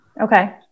Okay